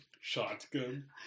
Shotgun